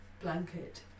blanket